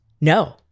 No